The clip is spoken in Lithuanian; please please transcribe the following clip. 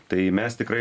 tai mes tikrai